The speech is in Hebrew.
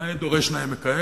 נאה דורש גם נאה מקיים?